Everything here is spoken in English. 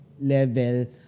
level